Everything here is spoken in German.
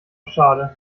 schade